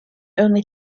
only